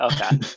Okay